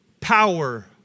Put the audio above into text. power